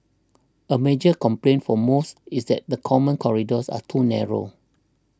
a major complaint for most is that the common corridors are too narrow